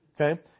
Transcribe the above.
Okay